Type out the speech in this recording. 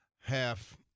half